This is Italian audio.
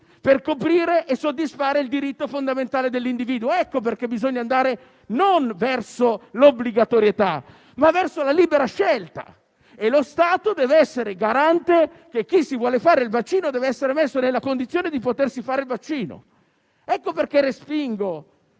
per coprire e soddisfare il diritto fondamentale dell'individuo. Ecco perché non bisogna andare verso l'obbligatorietà, ma verso la libera scelta e lo Stato deve essere garante del fatto che chi si vuole fare il vaccino deve essere messo nella condizione di poterlo fare. Ecco perché respingo